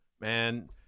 man